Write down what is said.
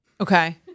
Okay